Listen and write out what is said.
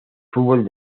fútbol